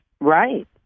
Right